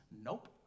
Nope